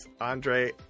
Andre